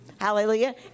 Hallelujah